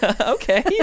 okay